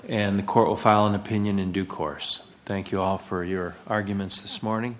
and the coral file an opinion in due course thank you all for your arguments this morning